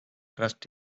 trust